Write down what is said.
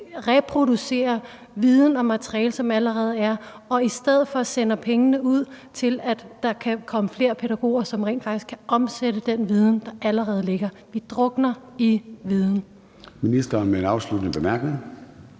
reproducere viden og materiale, som allerede er der, og i stedet for sender pengene ud til, at der kan komme flere pædagoger, som rent faktisk kan omsætte den viden, der allerede ligger. Vi drukner i viden.